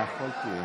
סעיף 5 נתקבל.